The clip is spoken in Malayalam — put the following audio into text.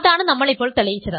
അതാണ് നമ്മൾ ഇപ്പോൾ തെളിയിച്ചത്